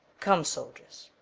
come, soldiers,